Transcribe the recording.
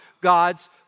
God's